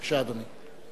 בבקשה, אדוני.